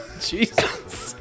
Jesus